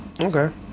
Okay